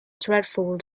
dreadful